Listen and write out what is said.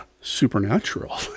supernatural